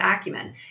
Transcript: acumen